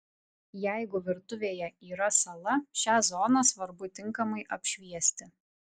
jeigu virtuvėje yra sala šią zoną svarbu tinkamai apšviesti